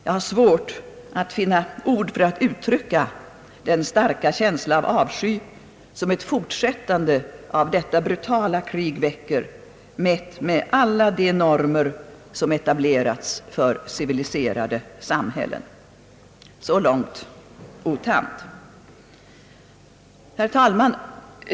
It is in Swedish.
Jag har svårt att finna ord för att uttrycka den starka känsla av avsky som ett fortsättande av detta brutala krig väcker, mätt med alla de normer som etablerats för civiliserade samhällen.» Så långt U Thant. Herr talman!